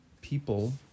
people